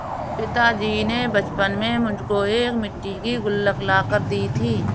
पिताजी ने बचपन में मुझको एक मिट्टी की गुल्लक ला कर दी थी